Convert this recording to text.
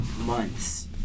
months